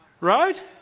Right